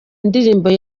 indirimbo